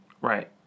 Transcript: Right